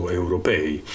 europei